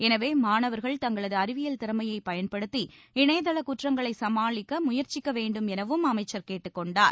எனவே மாணவர்கள் தங்களது அறிவியல் திறமையைப் பயன்படுத்தி இணையக் குற்றங்களை சமாளிக்க முயற்சிக்க வேண்டும் எனவும் அமைச்சர் கேட்டுக் கொண்டார்